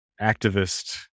activist